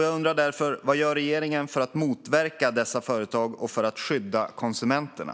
Jag undrar därför: Vad gör regeringen för att motverka dessa företag och för att skydda konsumenterna?